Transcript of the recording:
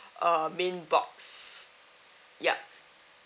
uh main box yup